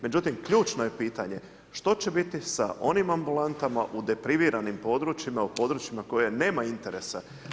Međutim ključno je pitanje što će biti sa onim ambulantama u depriviranim područjima, u područjima koje nema interesa.